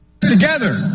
...together